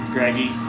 Greggy